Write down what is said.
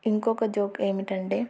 ఇంకొక జోక్ ఏమిటి అంటే